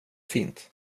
fint